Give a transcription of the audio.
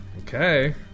Okay